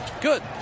Good